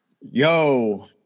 Yo